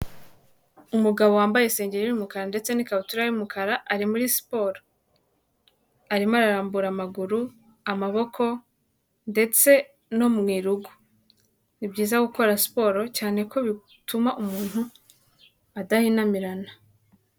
Umugabo wambaye insengeri y'umukara ndetse n'ikabutura y'umukara ari muri siporo, arimo ararambura amaguru, amaboko ndetse no mu irugu, ni byiza gukora siporo cyane ko bituma umuntu adahinamirana.